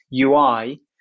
UI